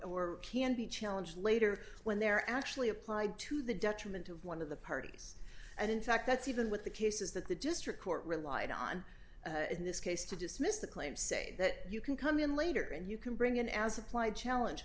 or can be challenged later when they're actually applied to the detriment of one of the parties and in fact that's even with the cases that the district court relied on in this case to dismiss the claim say that you can come in later and you can bring in as applied challenge